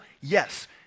yes